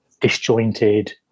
disjointed